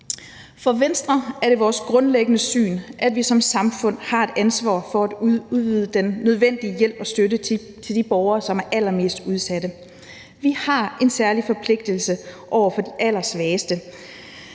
I Venstre er det vores grundlæggende syn, at vi som samfund har et ansvar for at udvide den nødvendige hjælp og støtte til de borgere, som er allermest udsatte. Vi har en særlig forpligtelse over for de allersvageste,